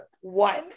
one